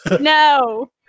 No